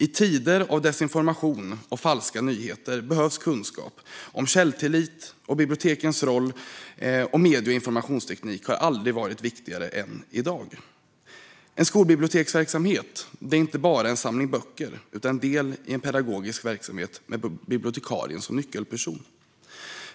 I tider av desinformation och falska nyheter behövs kunskap om källtillit. Bibliotekens roll och medie och informationsteknik har aldrig varit viktigare än i dag. En skolbiblioteksverksamhet är inte bara en samling böcker utan också en del i en pedagogisk verksamhet med bibliotekarien som nyckelperson.